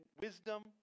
wisdom